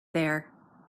there